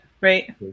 right